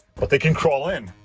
but they can crawl in,